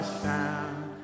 sound